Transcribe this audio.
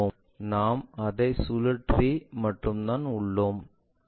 நாம் அதை சுழற்றி மட்டும்தான் உள்ளோம்